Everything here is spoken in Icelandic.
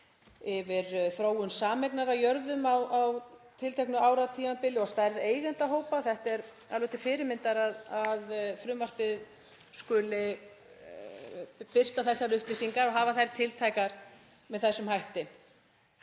yfir þróun sameignar á jörðum á tilteknu áratímabili og stærð eigendahópa. Það er alveg til fyrirmyndar að frumvarpið skuli birta þessar upplýsingar og hafa þær tiltækar með þessum hætti.